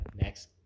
next